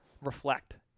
reflect